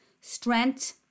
strength